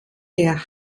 der